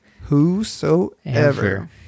Whosoever